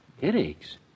Headaches